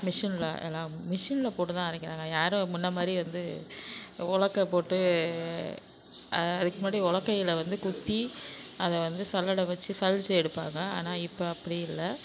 மிஷின்ல எல்லாம் மிஷின்ல போட்டு தான் அரைக்கிறாங்கள் யாரும் முன்ன மாதிரி வந்து உலக்கை போட்டு அதுக்கு முன்னாடி உலக்கையில் வந்து குத்தி அதை வந்து சல்லடை வச்சு சலித்து எடுப்பாங்கள் ஆனால் இப்போ அப்படி இல்ல